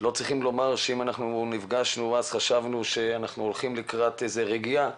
אם חשבנו שאנחנו הולכים לקראת רגיעה,